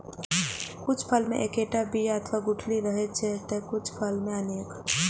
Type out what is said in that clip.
कुछ फल मे एक्केटा बिया अथवा गुठली रहै छै, ते कुछ फल मे अनेक